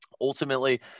Ultimately